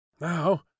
Now